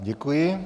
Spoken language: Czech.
Děkuji.